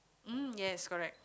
um yes correct